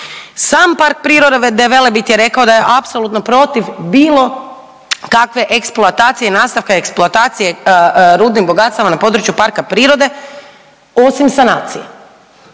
Sam PP Velebit je rekao da je apsolutno protiv bilo kakve eksploatacije i nastavka eksploatacije rudnih bogatstava na području parka prirode osim sanacije.